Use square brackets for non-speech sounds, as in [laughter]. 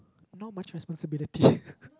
not much responsibility [breath]